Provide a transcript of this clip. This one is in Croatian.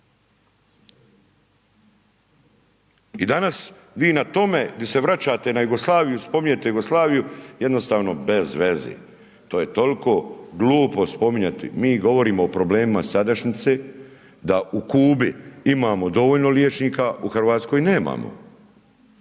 I danas vi na tome, di se vraćate na Jugoslaviju, spominjete Jugoslaviju, jednostavno bezveze, to je toliko glupo spominjati, mi govorimo o problemima sadašnjice, da u Kubi imamo dovoljno liječnika, u Hrvatskoj nemamo.